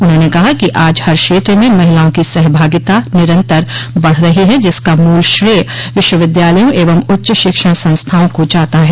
उन्होंने कहा कि आज हर क्षेत्र में महिलाओं की सहभागिता निरन्तर बढ़ रही है जिसका मूल श्रेय विश्वविद्यालयों एवं उच्च शिक्षण संस्थाओं को जाता है